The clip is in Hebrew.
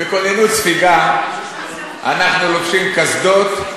בכוננות ספיגה אנחנו לובשים קסדות,